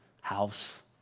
house